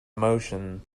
emotion